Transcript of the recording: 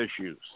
issues